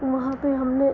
वहाँ पर हमने